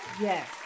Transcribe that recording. Yes